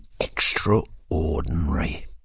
extraordinary